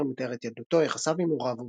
הספר מתאר את ילדותו, יחסיו עם הוריו